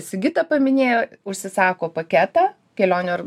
sigita paminėjo užsisako paketą kelionių ar